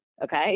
Okay